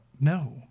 No